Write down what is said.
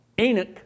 Enoch